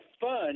fun